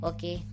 Okay